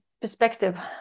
perspective